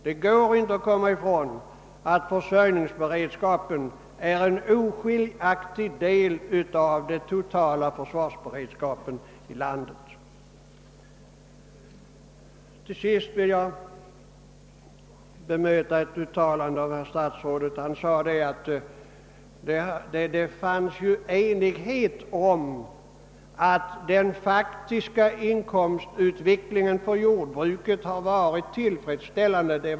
Det går inte att komma ifrån att försörjningsberedskapen är en oskiljaktig del av den totala försvarsberedskapen i landet. Till sist vill jag bemöta ett uttalande av statsrådet. Han sade att det rådde enighet om att den faktiska inkomstutvecklingen för jordbruket har varit tillfredsställande.